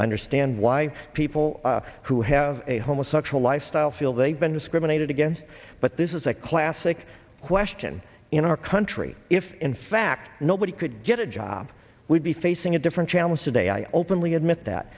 understand why people who have a homosexual lifestyle feel they've been discriminated against but this is a classic question in our country if in fact nobody could get a job we'd be facing a different challenge today i openly admit that